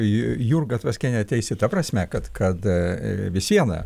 jurga tvaskienė teisi ta prasme kad kad vis viena